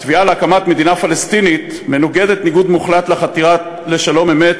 התביעה להקמת מדינה פלסטינית מנוגדת ניגוד מוחלט לחתירה לשלום-אמת,